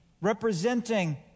representing